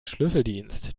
schlüsseldienst